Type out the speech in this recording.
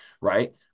right